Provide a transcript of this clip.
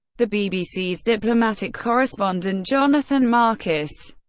the bbc's diplomatic correspondent, jonathan marcus,